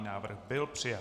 Návrh byl přijat.